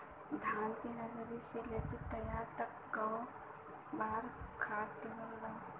धान के नर्सरी से लेके तैयारी तक कौ बार खाद दहल जाला?